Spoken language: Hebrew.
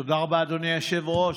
תודה רבה, אדוני היושב-ראש.